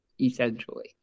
essentially